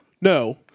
No